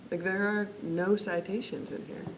like there are no citations in here.